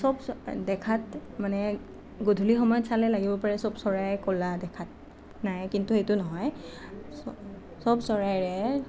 সব দেখাত মানে গধূলি সময়ত চালে লাগিব পাৰে সব চৰায়ে ক'লা দেখাত নাই কিন্তু সেইটো নহয় সব চৰাইৰে